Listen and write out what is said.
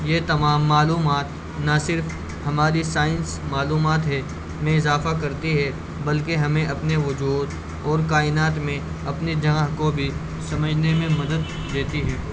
یہ تمام معلومات نہ صرف ہماری سائنس معلومات ہے میں اضافہ کرتی ہے بلکہ ہمیں اپنے وجود اور کائنات میں اپنی جگہ کو بھی سمجھنے میں مدد دیتی ہے